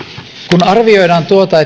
kun arvioidaan tuota